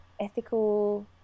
Ethical